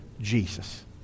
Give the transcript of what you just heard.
Jesus